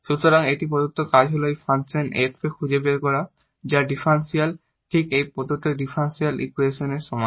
সুতরাং একটি প্রধান কাজ হল এই ফাংশন f খুঁজে বের করা যার ডিফারেনশিয়াল ঠিক এই প্রদত্ত ডিফারেনশিয়াল ইকুয়েশন এর সমান